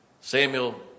Samuel